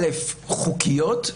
א', חוקיות,